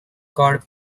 god